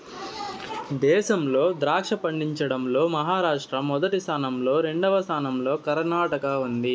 దేశంలో ద్రాక్ష పండించడం లో మహారాష్ట్ర మొదటి స్థానం లో, రెండవ స్థానం లో కర్ణాటక ఉంది